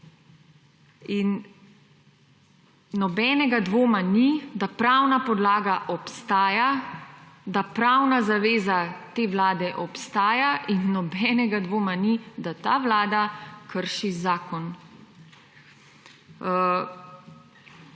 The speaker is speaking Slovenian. in nobenega dvoma ni, da pravna podlaga obstaja, da pravna zaveza te Vlade obstaja in nobenega dvoma ni, da ta Vlada krši zakon.